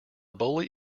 bully